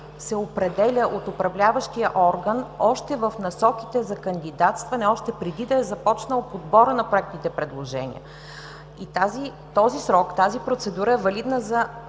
се определя от управляващия орган още в насоките за кандидатстване, още преди да е започнал подборът на проектните предложения. И този срок, тази процедура, е валидна за